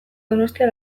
donostia